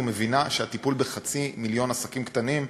ומבינה שהטיפול בחצי מיליון עסקים קטנים,